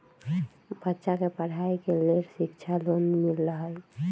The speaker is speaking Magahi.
बच्चा के पढ़ाई के लेर शिक्षा लोन मिलहई?